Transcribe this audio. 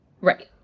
Right